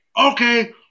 okay